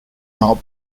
not